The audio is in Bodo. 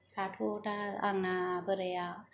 दाथ' दा आंना बोराया